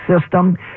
system